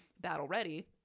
battle-ready